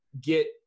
get